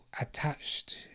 attached